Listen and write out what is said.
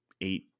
eight